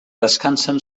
descansen